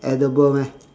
edible meh